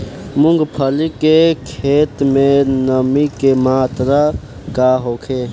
मूँगफली के खेत में नमी के मात्रा का होखे?